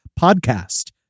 podcast